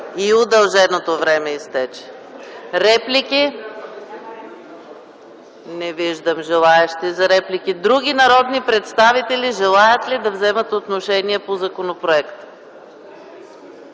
И удълженото време изтече. Има ли реплики? Не виждам желаещи за реплики. Други народни представители желаят ли да вземат отношение по законопроекта?